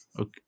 Okay